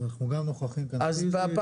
אנחנו גם נוכחים כאן פיזית --- בפעם